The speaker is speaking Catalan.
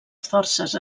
forces